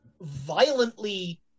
violently